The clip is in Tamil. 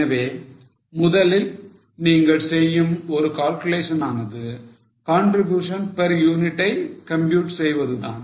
எனவே முதலில் நீங்கள் செய்யும் ஒரு calculation ஆனது contribution per unit ஐ compute செய்வது தான்